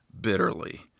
bitterly